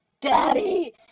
daddy